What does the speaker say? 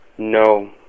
No